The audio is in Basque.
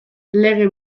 lege